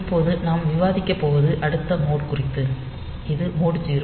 இப்போது நாம் விவாதிக்க போவது அடுத்த மோட் குறித்து இது மோட் 0